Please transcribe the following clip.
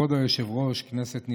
כבוד היושב-ראש, כנסת נכבדה,